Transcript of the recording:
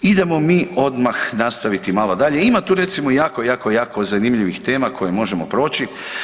Idemo mi odmah nastaviti malo dalje, ima tu recimo jako, jako, jako zanimljivih tema koje možemo proći.